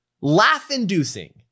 laugh-inducing